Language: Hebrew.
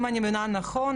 אם אני מבינה נכון,